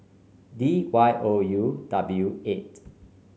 D Y O U W eight